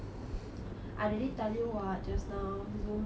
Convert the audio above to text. I already tell you what just now zoom like